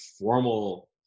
formal